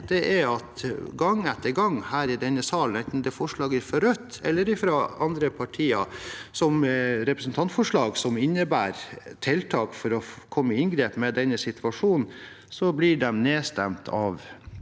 se, er at gang etter gang her i denne sal blir forslag – enten det er fra Rødt eller fra andre partier som har representantforslag som innebærer tiltak for å komme i inngrep med denne situasjonen – nedstemt av